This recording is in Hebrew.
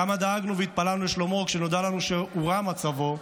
כמה דאגנו והתפללנו לשלומו כשנודע לנו שהורע מצבו,